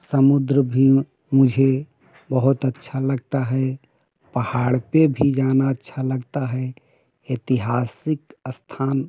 समुद्र भी मुझे बहुत अच्छा लगता है पहाड़ पे भी जाना अच्छा लगता है ऐतिहासिक स्थान